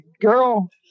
girl